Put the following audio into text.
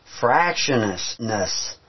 Fractionousness